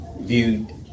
viewed